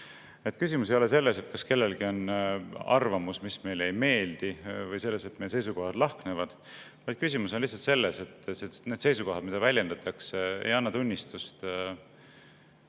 Küsimus ei ole selles, kas kellelgi on arvamus, mis meile ei meeldi, või selles, et meie seisukohad lahknevad, vaid küsimus on lihtsalt selles, et need seisukohad, mida väljendatakse, ei anna tunnistust